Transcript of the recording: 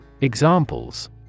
Examples